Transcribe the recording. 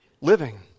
Living